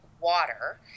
water